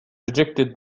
rejected